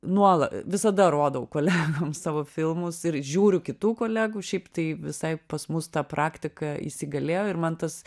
nuola visada rodau kolegom savo filmus ir žiūriu kitų kolegų šiaip tai visai pas mus ta praktika įsigalėjo ir man tas